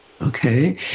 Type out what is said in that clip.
Okay